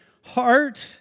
heart